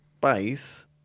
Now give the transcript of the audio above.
base